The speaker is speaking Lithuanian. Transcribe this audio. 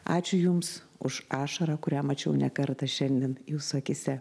ačiū jums už ašarą kurią mačiau ne kartą šiandien jūsų akyse